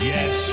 Yes